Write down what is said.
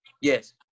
Yes